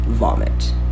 vomit